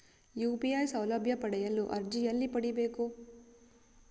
UPI ಸೌಲಭ್ಯ ಪಡೆಯಲು ಅರ್ಜಿ ಎಲ್ಲಿ ಪಡಿಬೇಕು?